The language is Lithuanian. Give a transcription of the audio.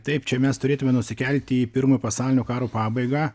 taip čia mes turėtume nusikelti į pirmo pasaulinio karo pabaigą